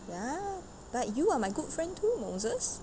ya but you are my good friend too moses